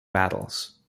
battles